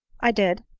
i did.